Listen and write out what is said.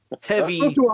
heavy